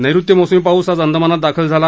नैऋत्य मोसमी पाऊस आज अंदमानात दाखल झाला